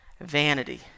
vanity